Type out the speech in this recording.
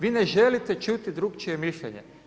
Vi ne želite čuti drukčije mišljenje.